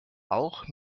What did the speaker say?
auch